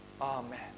Amen